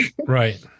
Right